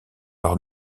leur